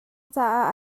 caah